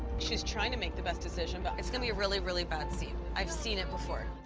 she's trying to make the best decision, but it's going to be a really, really bad scene. i've seen it before.